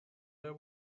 their